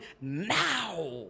now